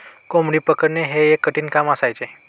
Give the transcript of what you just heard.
कोंबडी पकडणे हे एक कठीण काम असायचे